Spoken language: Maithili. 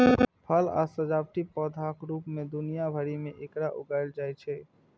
फल आ सजावटी पौधाक रूप मे दुनिया भरि मे एकरा उगायल जाइ छै